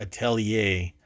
Atelier